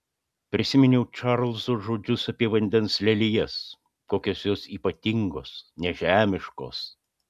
prisiminiau čarlzo žodžius apie vandens lelijas kokios jos ypatingos nežemiškos